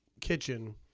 kitchen